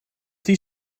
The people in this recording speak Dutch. die